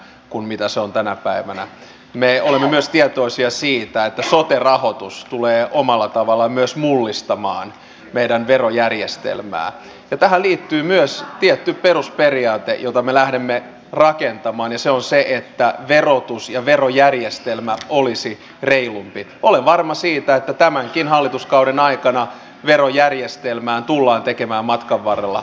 kun mitä se on tänä päivänä me olemme tietoisia siitä että suurten rahoitus tulee omalla tavallaan myös mullistamaan meidän verojärjestelmää joka liittyy myös tietty perusperiaate jota me lähdemme rakentamaan iso se että peruutus ja verojärjestelmä olisi reilu ei ole varma siitä että tämänkin hallituskauden aikana verojärjestelmää tarkoituksenani oli äänestää jaa